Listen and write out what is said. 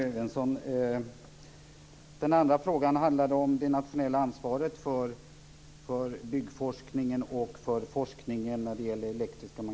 Fru talman! Tack för det, Rune Evensson! Min andra fråga handlade om det nationella ansvaret för byggforskningen och för forskning kring elektriska och magnetiska fält.